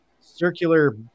circular